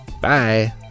Bye